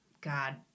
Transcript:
God